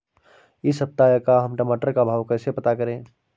इस सप्ताह का हम टमाटर का भाव कैसे पता करें?